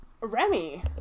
Remy